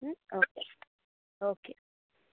okay okay